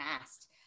asked